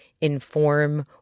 inform